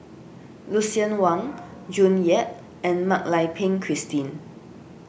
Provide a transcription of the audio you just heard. Lucien Wang June Yap and Mak Lai Peng Christine